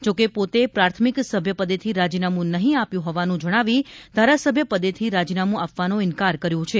જો કે પોતે પ્રાથમિક સભ્ય પદેથી રાજીનામું નહીં આપ્યું હોવાનું જણાવી ધારાસભ્ય પદેથી રાજીનામું આપવાનો ઇન્કાર કર્યો છે